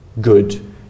good